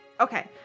Okay